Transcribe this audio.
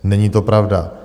Není to pravda.